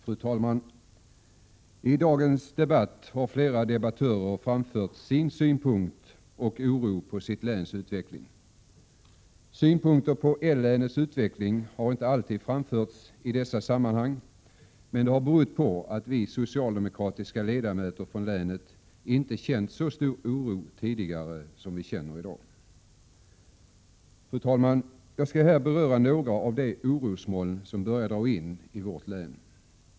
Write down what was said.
Fru talman! I dagens debatt har flera debattörer framfört sin synpunkt på och sin oro för sitt läns utveckling. Synpunkter på L-länets utveckling har inte alltid framförts i dessa sammanhang, men det har berott på att vi socialdemokratiska ledamöter från länet tidigare inte har känt så stor oro som vi känner i dag. Fru talman! Jag skall här beröra några av de orosmoln som börjar dra in över vårt län.